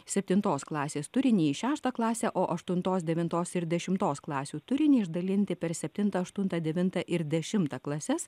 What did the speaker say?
septintos klasės turinį į šeštą klasę o aštuntos devintos ir dešimtos klasių turinį išdalinti per septintą aštuntą devintą ir dešimtą klases